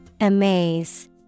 Amaze